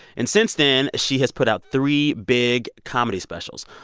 and since then, she has put out three big comedy specials.